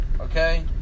okay